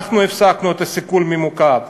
אנחנו הפסקנו את הסיכול הממוקד,